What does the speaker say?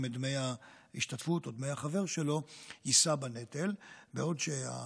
את דמי ההשתתפות או דמי החבר שלו יישא בנטל בעוד החקלאים